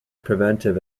preventive